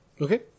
Okay